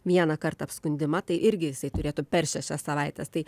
vieną kartą apskundimą tai irgi jisai turėtų per šešias savaites tai